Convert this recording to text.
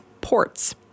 ports